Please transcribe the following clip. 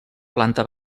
planta